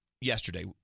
yesterday